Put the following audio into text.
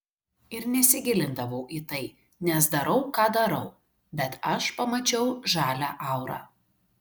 ir nesigilindavau į tai nes darau ką darau bet aš pamačiau žalią aurą